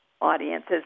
audiences